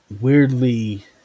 weirdly